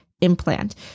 implant